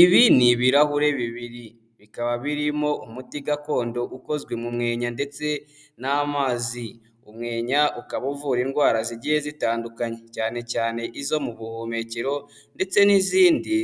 Ibi ni ibirahure bibiri, bikaba birimo umuti gakondo ukozwe mu mweya ndetse n'amazi. Umwenya ukaba uvura indwara zigiye zitandukanye, cyane cyane izo mu buhumekero ndetse n'izindi